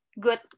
good